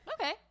okay